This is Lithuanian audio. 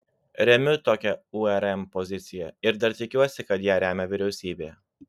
remiu tokią urm poziciją ir dar tikiuosi kad ją remia vyriausybė